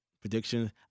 prediction